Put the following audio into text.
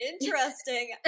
interesting